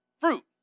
fruit